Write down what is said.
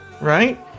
right